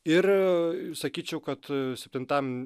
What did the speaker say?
ir sakyčiau kad septintam